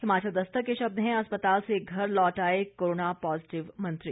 हिमाचल दस्तक के शब्द हैं अस्पताल से घर लौट आए कोरोना पॉजीटिव मंत्री